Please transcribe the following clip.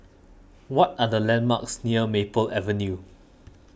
what are the landmarks near Maple Avenue